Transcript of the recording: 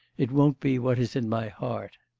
it won't be what is in my heart.